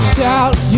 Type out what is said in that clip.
Shout